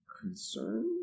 concern